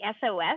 SOS